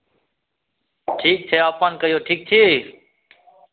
ठीक छै अपन कहियौ ठीक छी